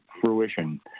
fruition